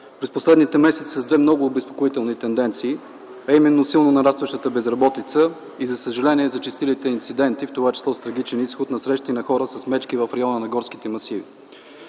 през последните месеци с две много обезпокоителни тенденции, а именно силно нарастващата безработица и за съжаление зачестилите инциденти, в това число с трагичен изход на срещи на хора с мечки в района на горските масиви.